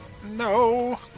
No